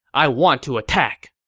i want to attack.